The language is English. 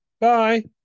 Bye